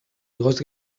igoz